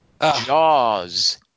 Jaws